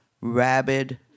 rabid